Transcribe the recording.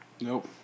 Nope